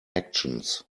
actions